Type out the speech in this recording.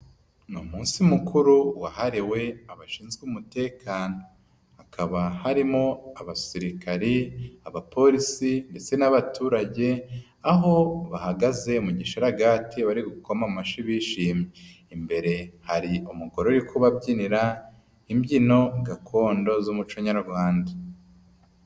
Ni umunsi mukuru wahariwe abashinzwe umutekano. Hakaba harimo abasirikare, abapolisi ndetse n'abaturage, aho bahagaze mu gisharagati bari gukoma amashyi bishimye. Imbere hari umugore uri kubabyinira imbyino gakondo z'umuco nyarwanda.